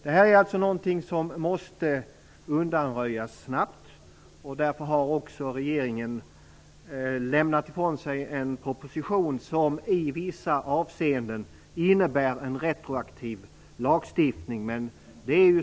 Det här är alltså någonting som måste undanröjas snabbt, och därför har regeringen lämnat från sig en proposition som i vissa avseenden innebär en retroaktiv lagstiftning.